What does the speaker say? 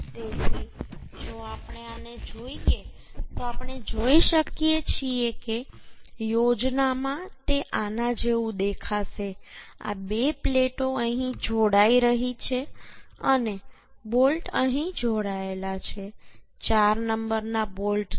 તેથી જો આપણે આને જોઈએ તો આપણે જોઈ શકીએ છીએ કે યોજનામાં તે આના જેવું દેખાશે આ બે પ્લેટો અહીં જોડાઈ રહી છે અને બોલ્ટ અહીં જોડાયેલા છે ચાર નંબરના બોલ્ટ છે